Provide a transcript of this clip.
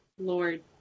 lord